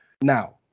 Now